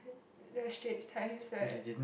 the Straits-Times the